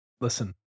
listen